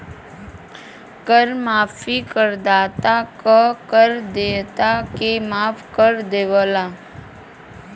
कर माफी करदाता क कर देयता के माफ कर देवला